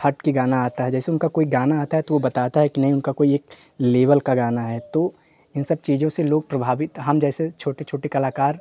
हट के गाना आता है जैसे उनका आता है तो वो बताता है कि नहीं उनका कोई एक लेबल का गाना है तो इन सब चीज़ों से लोग प्रभावित हम जैसे छोटे छोटे कलाकार